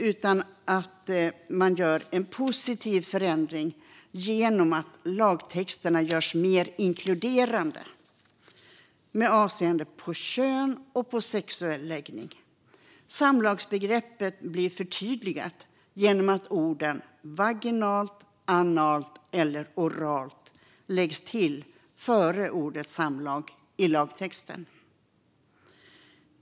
I stället gör man en positiv förändring genom att lagtexterna görs mer inkluderande med avseende på kön och sexuell läggning. Samlagsbegreppet blir förtydligat genom att orden vaginalt, analt eller oralt läggs till före ordet samlag i lagtexten.